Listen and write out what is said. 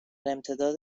امتداد